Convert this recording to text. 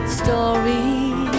stories